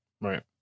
Right